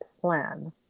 plan